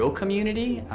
so community.